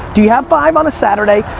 do you have five on a saturday?